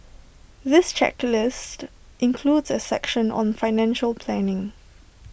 this checklist includes A section on financial planning